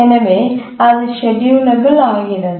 எனவே அது ஷெட்யூலெபல் ஆகிறது